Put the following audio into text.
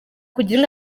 kugira